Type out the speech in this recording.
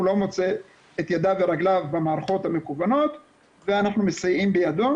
לא מוצא את ידיו ורגליו במערכות המקוונות ואנחנו מסייעים בידו.